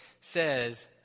says